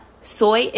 soy